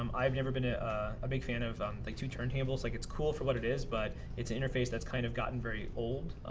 um i've never been a ah ah big and of like, two turntables. like, it's cool for what it is, but it's an interface that's kind of gotten very old.